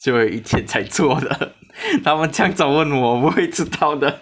最后一天才做的 他们这样早问我我不会知道的